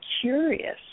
curious